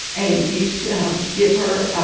and use give her